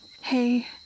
Hey